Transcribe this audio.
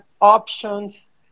options